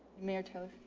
mayor taylor,